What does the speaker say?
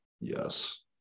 yes